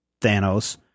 Thanos